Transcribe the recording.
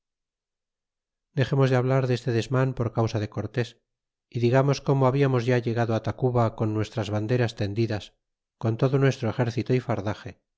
dexemos de hablar deste desman por causa de cortés y digamos como hablamos ya llegado tacuba con nuestras banderas tendidas con todo nuestro exército y fardaxe